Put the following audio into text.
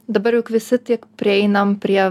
dabar juk visi tiek prieinam prie